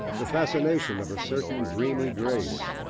the fascination of a certain dreamy grace,